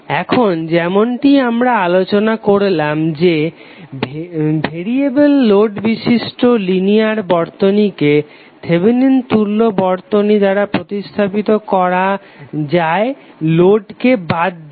এখন যেমনটি আমরা আলোচনা করলাম যে ভেরিয়েবেল লোড বিশিষ্ট লিনিয়ার বর্তনীকে থেভেনিন তুল্য বর্তনী দ্বারা প্রতিস্থাপিত করা যায় লোডকে বাদ দিয়ে